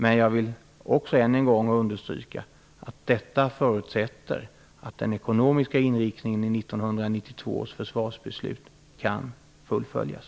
Men jag vill än en gång understryka att detta förutsätter att den ekonomiska inriktningen i 1992 års försvarsbeslut kan fullföljas.